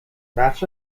بخش